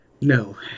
No